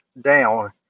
down